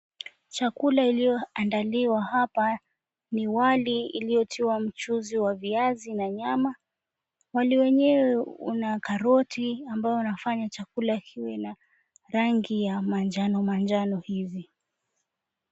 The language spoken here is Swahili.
Chakula iliyoandaliwa hapa ni wali iliotiwa mchuzi wa viazi na nyama. Wali wenyewe una karoti ambao unafanya chakula kiwe na rangi ya manjano manjano hivi.